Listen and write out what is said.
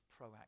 proactive